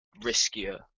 riskier